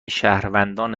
شهروندان